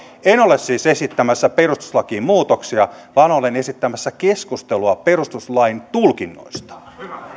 en ole siis esittämässä perustuslakiin muutoksia vaan olen esittämässä keskustelua perustuslain tulkinnoista